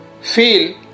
feel